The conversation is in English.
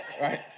Right